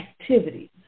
activities